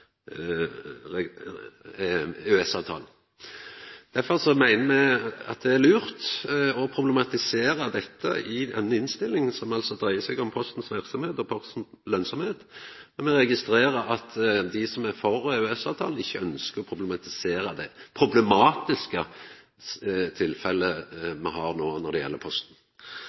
er lurt å problematisera dette i denne innstillinga, altså det som dreier seg om Postens verksemd og Postens lønnsemd. Me registrerer at dei som er for EØS-avtalen, ikkje ønskjer å problematisera dette problematiske tilfellet me har no når det gjeld Posten.